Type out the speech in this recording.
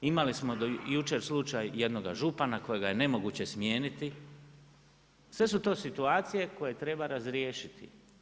Imali smo do jučer slučaj jednoga župana kojega je nemoguće smijeniti, sve su to situacije koje treba razriješiti.